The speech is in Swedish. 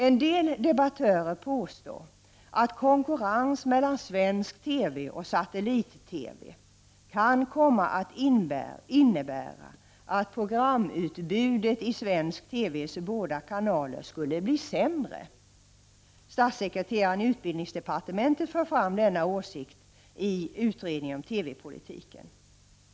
En del debattörer påstår att konkurrens mellan svensk TV och satellit-TV kan komma att innebära att programutbudet i svensk TV:s båda kanaler skulle bli sämre — statssekreteraren i utbildningsdepartementet för fram denna åsikt i utredningen om TV-politiken.